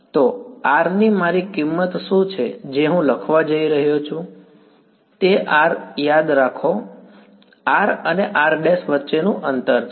તો R ની મારી કિંમત શું છે જે હું લખવા જઈ રહ્યો છું તેથી R યાદ રાખો r અને r' વચ્ચેનું અંતર છે